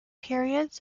periods